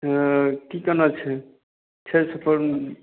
हँ की केना छै छै सपोर्ट